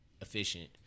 efficient